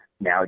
Now